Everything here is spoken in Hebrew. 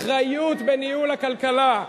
אחריות בניהול הכלכלה.